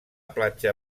platja